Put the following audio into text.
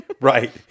right